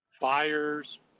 buyers